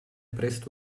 presto